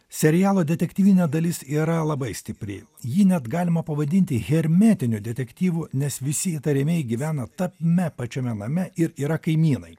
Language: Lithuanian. serialo detektyvinė dalis yra labai stipri jį net galima pavadinti hermetiniu detektyvu nes visi įtariamieji gyvena tame pačiame name ir yra kaimynai